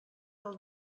del